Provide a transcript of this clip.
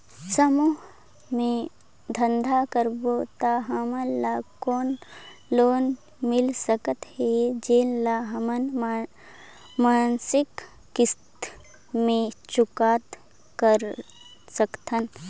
समूह मे धंधा करबो त हमन ल कौन लोन मिल सकत हे, जेन ल हमन मासिक किस्त मे चुकता कर सकथन?